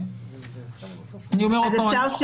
אז אפשר,